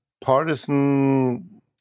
partisan